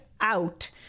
out